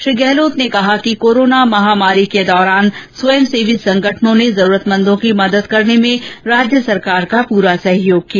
श्री गहलोत ने कहा कि कोरोना महामारी दौरान स्वयंसेवी संगठनों ने जरूरतमंदों की मदद करने में राज्य सरकार का पूरा सहयोग किया